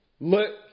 look